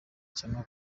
cyangwa